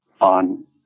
on